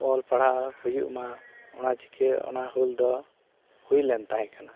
ᱚᱞᱼᱯᱟᱲᱦᱟᱣ ᱦᱩᱭᱩᱜ ᱢᱟ ᱚᱱᱟ ᱪᱤᱠᱟᱹ ᱚᱱᱟ ᱦᱩᱞᱫᱚ ᱦᱩᱭᱞᱮᱱ ᱛᱟᱦᱮᱸ ᱠᱟᱱᱟ